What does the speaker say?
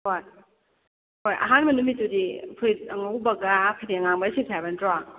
ꯍꯣꯏ ꯍꯣꯏ ꯑꯍꯥꯟꯕ ꯅꯨꯃꯤꯠꯇꯨꯗꯤ ꯐꯨꯔꯤꯠ ꯑꯉꯧꯕꯒ ꯐꯅꯦꯛ ꯑꯉꯥꯡꯕꯒ ꯁꯦꯠꯁꯦ ꯍꯥꯏꯕ ꯅꯠꯇ꯭ꯔꯣ